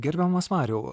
gerbiamas mariau